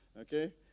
okay